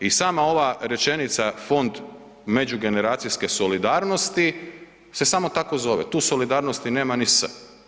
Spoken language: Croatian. I sama ova rečenica Fond međugeneracijske solidarnosti se samo tako zove, tu solidarnosti nema ni „s“